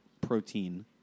protein